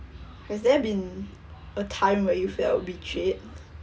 has there been a time where you felt betrayed